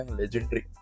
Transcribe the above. legendary